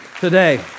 today